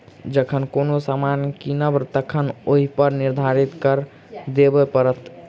जखन कोनो सामान कीनब तखन ओहिपर निर्धारित कर देबय पड़त